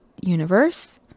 universe